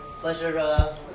Pleasure